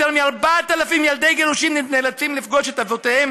יותר מ-4,000 ילדי גירושין נאלצים לפגוש את אבותיהם